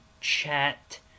chat